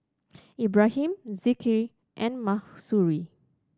Ibrahim Zikri and Mahsuri